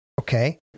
Okay